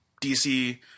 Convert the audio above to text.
DC